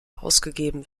ausgegeben